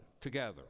together